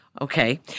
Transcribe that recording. Okay